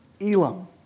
Elam